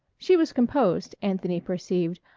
she was composed, anthony perceived,